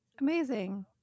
Amazing